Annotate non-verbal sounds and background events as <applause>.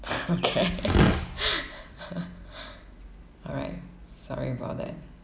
<laughs> okay alright sorry about that